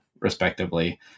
respectively